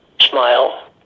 smile